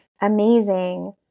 Amazing